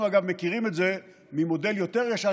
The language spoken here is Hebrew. אנחנו מכירים את זה ממודל יותר ישן,